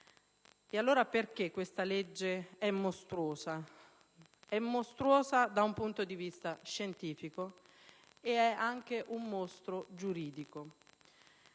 Allora, perché questa legge è mostruosa? È mostruosa da un punto di vista scientifico e anche giuridico: